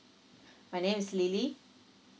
my name is lily